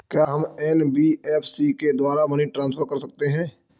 क्या हम एन.बी.एफ.सी के द्वारा मनी ट्रांसफर कर सकते हैं?